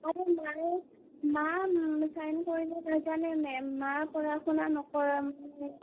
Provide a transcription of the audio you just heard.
আৰু মায়ে মা চাইন কৰিবলৈ নাজানে মেম মা পঢ়া শুনা নকৰে মানে